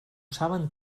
saben